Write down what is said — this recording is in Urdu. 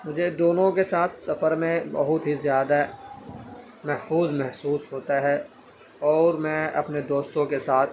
مجھے دونوں کے ساتھ سفر میں بہت ہی زیادہ محفوظ محسوس ہوتا ہے اور میں اپنے دوستوں کے ساتھ